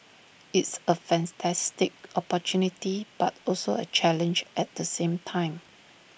it's A fantastic opportunity but also A challenge at the same time